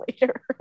later